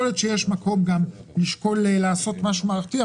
יכול להיות שיש מקום גם לשקול לעשות משהו מערכתי.